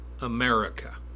America